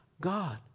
God